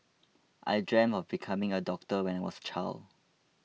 I dreamed of becoming a doctor when I was a child